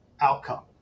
outcome